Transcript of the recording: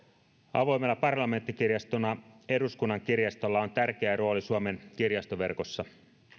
avoimena parlamenttikirjastona eduskunnan kirjastolla on tärkeä rooli suomen kirjastoverkossa